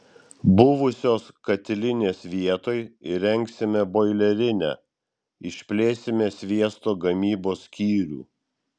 buvusios katilinės vietoj įrengsime boilerinę išplėsime sviesto gamybos skyrių